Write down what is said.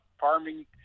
farming